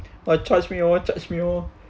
!wah! charge me oh charge me oh